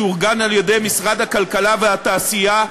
שאורגן על-ידי משרד הכלכלה והתעשייה,